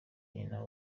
nyina